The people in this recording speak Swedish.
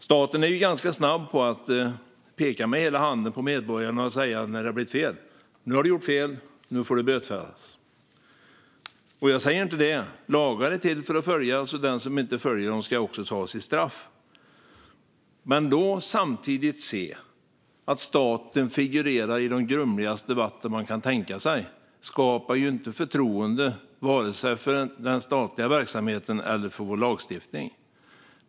Staten är ganska snabb på att peka med hela handen åt medborgarna och säga att de har gjort fel och ska bötfällas. Lagar är till för att följas, och den som inte följer dem ska också ta sitt straff. Men att samtidigt se att staten figurerar i de grumligaste vatten skapar inte förtroende för vare sig den statliga verksamheten eller lagstiftningen.